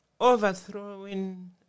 Overthrowing